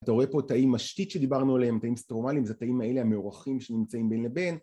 אתה רואה פה תאים אשתית שדיברנו עליהם, תאים סטרומליים, זה תאים האלה המוארכים שנמצאים בין לבין.